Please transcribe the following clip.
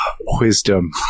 Wisdom